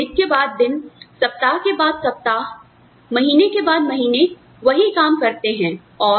जहां आप दिन के बाद दिन सप्ताह के बाद सप्ताह महीने के बाद महीने वही काम करते हैं